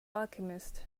alchemist